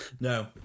No